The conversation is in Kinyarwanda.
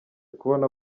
kubona